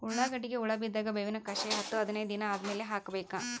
ಉಳ್ಳಾಗಡ್ಡಿಗೆ ಹುಳ ಬಿದ್ದಾಗ ಬೇವಿನ ಕಷಾಯ ಹತ್ತು ಹದಿನೈದ ದಿನ ಆದಮೇಲೆ ಹಾಕಬೇಕ?